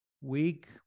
week